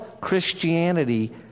Christianity